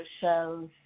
shows